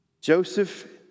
Joseph